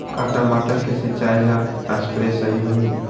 का टमाटर के सिचाई ला सप्रे सही होई?